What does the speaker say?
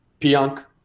Pionk